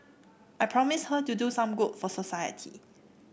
I promised her to do some good for society